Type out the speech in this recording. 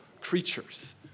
creatures